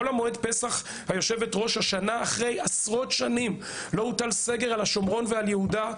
בחול המועד פסח השנה אחרי עשרות שנים לא הוטל סגר על יהודה ושומרון.